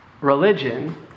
religion